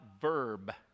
verb